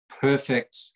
perfect